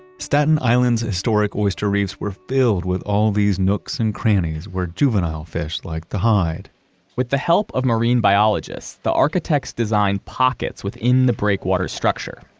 staten island's historic oyster reefs were filled with all these nooks and crannies, where juvenile fish like to hide with the help of marine biologists, the architects designed pockets within the breakwater structure.